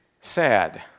sad